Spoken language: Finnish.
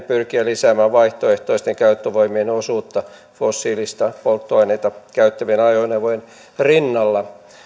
pyrkiä lisäämään vaihtoehtoisten käyttövoimien osuutta fossiilista polttoainetta käyttävien ajoneuvojen rinnalla